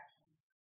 actions